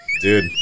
Dude